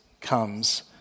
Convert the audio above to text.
comes